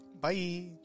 Bye